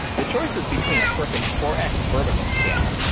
the choice is between a perfect four x vertical scale,